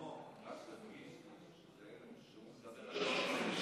שלמה, רק תדגיש שהוא מדבר על 3,000 משפחות.